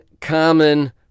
common